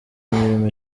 imirimo